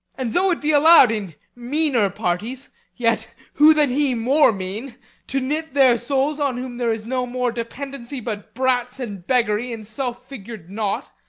and though it be allowed in meaner parties yet who than he more mean to knit their souls on whom there is no more dependency but brats and beggary in self-figur'd knot,